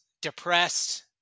depressed